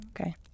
Okay